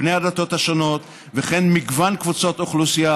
בני הדתות השונות וכן מגוון קבוצות אוכלוסייה,